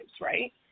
right